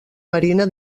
marina